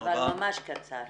אבל ממש קצר.